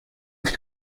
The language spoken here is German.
viel